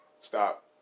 Stop